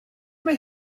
mae